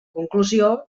conclusió